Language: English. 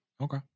okay